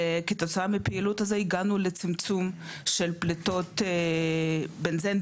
וכתוצאה מהפעילות הזו הגענו לצמצום של פליטות בזן,